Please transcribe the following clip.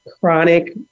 chronic